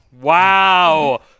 Wow